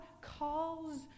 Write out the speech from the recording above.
calls